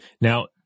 Now